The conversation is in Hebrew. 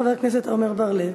חבר הכנסת עמר בר-לב.